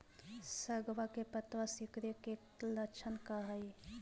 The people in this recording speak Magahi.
सगवा के पत्तवा सिकुड़े के लक्षण का हाई?